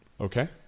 okay